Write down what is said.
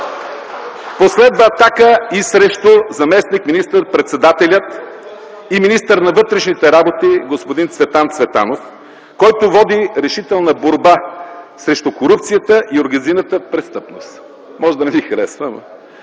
Последва атака и срещу заместник министър-председателя и министър на вътрешните работи господин Цветан Цветанов, който води решителна борба срещу корупцията и организираната престъпност. Може да не Ви харесва, но